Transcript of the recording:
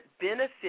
benefit